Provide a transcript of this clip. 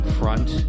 front